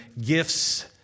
gifts